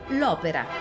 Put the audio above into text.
l'opera